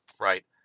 right